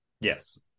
Yes